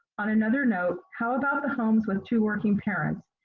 on another note, how about the homes with two working parents?